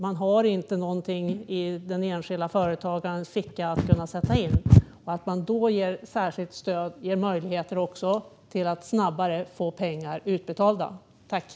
Det finns ingenting i den enskilda företagarens ficka. De måste få pengarna utbetalda snabbare.